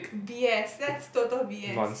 B S that's total B S